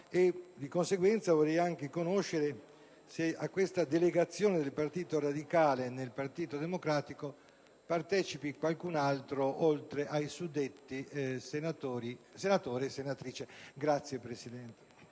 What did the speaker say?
Di conseguenza, vorrei anche conoscere se a questa delegazione del Partito radicale nel Partito Democratico partecipi qualcun altro oltre ai suddetti senatori.